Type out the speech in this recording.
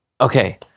okay